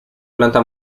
planta